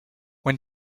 when